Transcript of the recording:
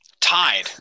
Tied